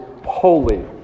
holy